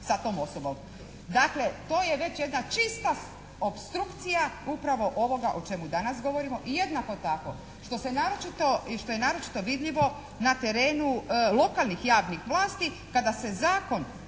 sa tom osobom. Dakle, to je već jedna čista opstrukcija upravo ovog o čemu danas govorimo i jednako tako što se naročito, i što je naročito vidljivo na terenu lokalnih javnih vlasti kada se Zakon